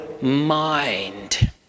mind